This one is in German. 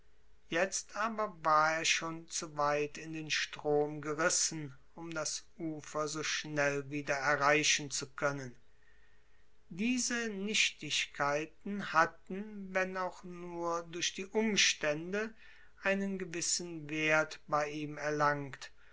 jetzt aber war er schon zu weit in den strom gerissen um das ufer so schnell wieder erreichen zu können diese nichtigkeiten hatten wenn auch nur durch die umstände einen gewissen wert bei ihm erlangt